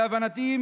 להבנתי,